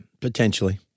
potentially